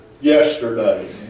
yesterday